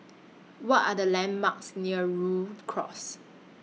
What Are The landmarks near Rhu Cross